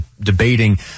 debating